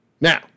Now